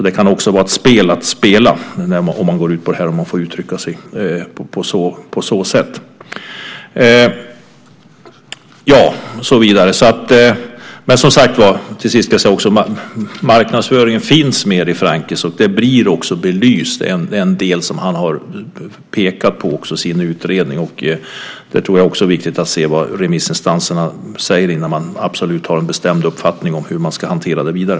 Det kan alltså vara ett spel att spela, om man får uttrycka sig på så sätt. Till sist ska jag också säga att marknadsföringen finns med hos Francke. Det blir också belyst, den del som han har pekat på i sin utredning. Där tror jag också att det är viktigt att se vad remissinstanserna säger innan man absolut har en bestämd uppfattning om hur man ska hantera det vidare.